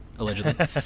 Allegedly